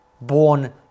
born